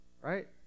right